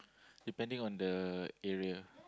depending on the area